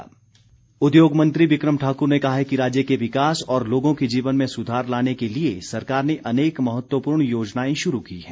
बिक्रम ठाक्र उद्योग मंत्री बिक्रम ठाक्र ने कहा है कि राज्य के विकास और लोगों के जीवन में सुधार लाने के लिए सरकार ने अनेक महत्वपूर्ण योजनाएं शुरू की हैं